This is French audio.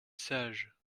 sage